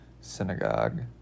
synagogue